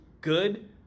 good